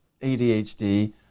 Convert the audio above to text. ADHD